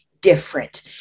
different